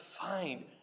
find